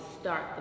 start